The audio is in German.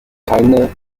keine